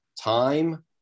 time